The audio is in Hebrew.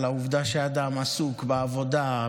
על העובדה שאדם עסוק בעבודה,